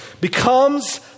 becomes